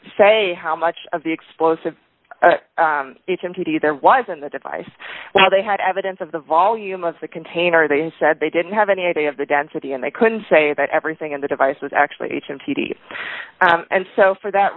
say how much of the explosive entity there was in the device while they had evidence of the volume of the container they said they didn't have any idea of the density and they couldn't say that everything in the device was actually on t v and so for that